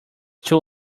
too